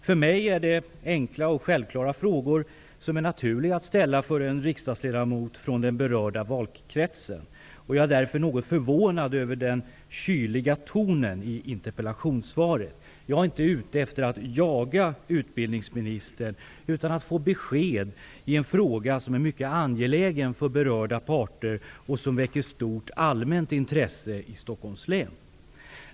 För mig är det enkla och självklara frågor, som är naturliga att ställa för en riksdagsledamot från den berörda valkretsen. Jag är därför något förvånad över den kyliga tonen i interpellationssvaret. Jag är inte ute efter att jaga utbildningsministern, utan efter att få besked i en fråga som är mycket angelägen för berörda parter och som väcker stort allmänt intresse i Stockholms län.